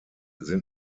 sind